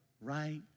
right